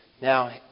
Now